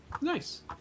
Nice